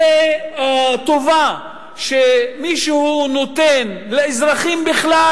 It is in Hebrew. זו טובה שמישהו נותן לאזרחים בכלל,